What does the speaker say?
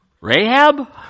Rahab